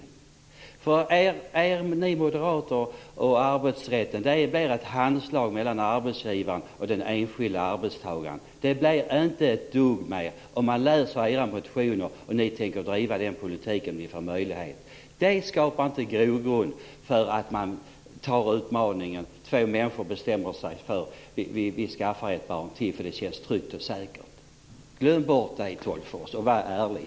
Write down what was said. För er moderater är arbetsrätten mer ett handslag mellan arbetsgivaren och den enskilda arbetstagaren. Det blir inte ett dugg mer om ni får möjlighet att driva er politik i enlighet med era motioner. Det skapar inte grogrund för att två människor ska bestämma sig för att skaffa ett barn till för att det känns tryggt och säkert. Glöm bort det, Tolgfors, och var ärlig!